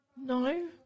No